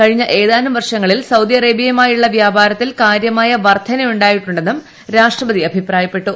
കഴിഞ്ഞ ഏതാനും വർഷങ്ങളിൽ സൌദി അറേബ്യയുമായുള്ള വ്യാപാരത്തിൽ കാർഗ്യമായ വർധന ഉണ്ടായിട്ടുണ്ടെന്നും രാഷ്ട്രപതി പറഞ്ഞു